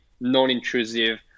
non-intrusive